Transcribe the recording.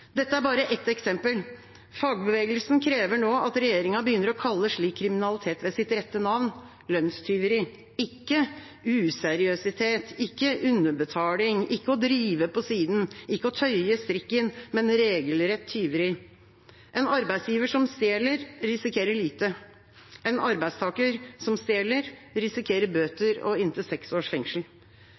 Dette er bare ett eksempel. Fagbevegelsen krever nå at regjeringa begynner å kalle slik kriminalitet ved sitt rette navn: lønnstyveri – ikke useriøsitet, ikke underbetaling, ikke å drive på siden, ikke å tøye strikken, men regelrett tyveri. En arbeidsgiver som stjeler, risikerer lite. En arbeidstaker som stjeler, risikerer bøter og inntil seks års fengsel.